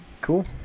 Cool